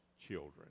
children